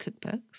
cookbooks